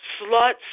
sluts